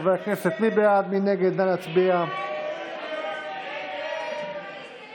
קבוצת סיעת יהדות התורה וקבוצת סיעת